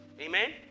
amen